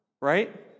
right